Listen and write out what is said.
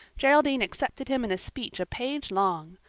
geraldine accepted him in a speech a page long.